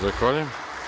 Zahvaljujem.